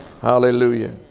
Hallelujah